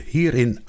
Hierin